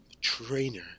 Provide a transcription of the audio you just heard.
trainer